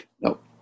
Nope